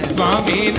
Swami